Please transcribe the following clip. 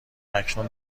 اکنون